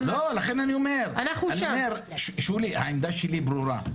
אני אומר, שולי, העמדה שלי ברורה,